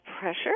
pressure